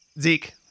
Zeke